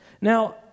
Now